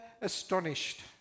astonished